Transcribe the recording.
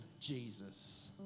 Jesus